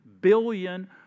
billion